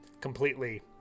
completely